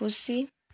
खुसी